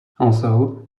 also